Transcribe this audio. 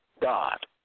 God